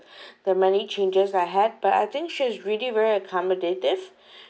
the many changes I had but I think she is really very accommodative